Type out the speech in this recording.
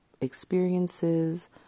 experiences